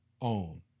own